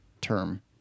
term